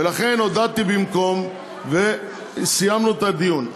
ולכן הודעתי במקום וסיימנו את הדיון.